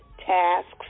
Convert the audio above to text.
tasks